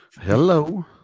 Hello